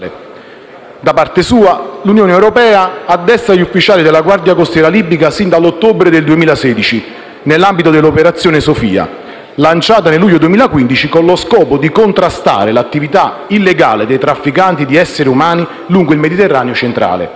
Da parte sua, l'Unione europea addestra gli ufficiali della guardia costiera libica sin dall'ottobre 2016 nell'ambito dell'operazione Sophia, lanciata nel luglio 2015 con lo scopo di contrastare l'attività illegale dei trafficanti di esseri umani lungo il Mediterraneo centrale.